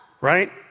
right